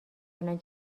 الان